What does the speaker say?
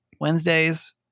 Wednesdays